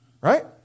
Right